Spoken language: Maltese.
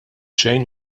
xejn